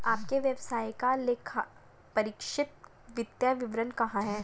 आपके व्यवसाय का लेखापरीक्षित वित्तीय विवरण कहाँ है?